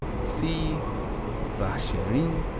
see vacherin